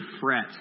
fret